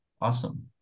Awesome